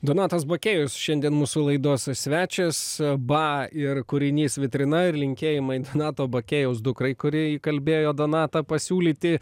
donatas bakėjus šiandien mūsų laidos svečias ba ir kūrinys vitrina ir linkėjimai donato bakėjaus dukrai kuri įkalbėjo donatą pasiūlyti